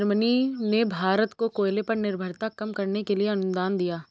Germany ने भारत को कोयले पर निर्भरता कम करने के लिए अनुदान दिया